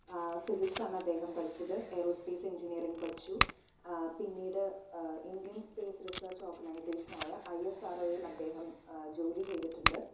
physics ആണ് അദ്ദേഹം പഠിച്ചത് ഏറോസ്പേയ്സ് എഞ്ചിനീയറിംഗ് പഠിച്ചു പിന്നീട് ഇന്ത്യൻ സ്പേസ് റീസെർച് ഓർഗനൈസേഷൻ ആയ ഐ എസ് ആർ ഓയിൽ അദ്ദേഹം ജോലി ചെയ്തിട്ട്ണ്ട്